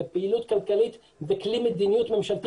זאת פעילות כלכלית בכלי מדיניות ממשלתי